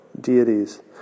deities